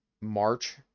March